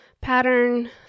pattern